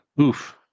Oof